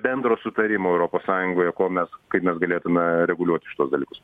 bendro sutarimo europos sąjungoje ko mes kaip mes galėtume reguliuoti šituos dalykus